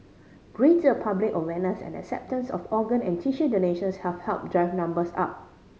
greater public awareness and acceptance of organ and tissue donations have helped drive numbers up